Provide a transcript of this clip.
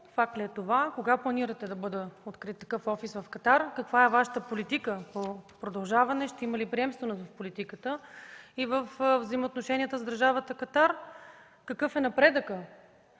Кога планирате да бъде открит такъв офис в Катар? Каква е Вашата политика по продължаване – ще има ли приемственост в политиката и във взаимоотношенията с държавата Катар? Какъв е напредъкът?